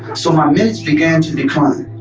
so my minutes began to decline